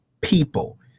people